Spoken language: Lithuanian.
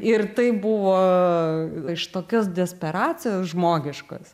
ir tai buvo iš tokios desperacijos žmogiškos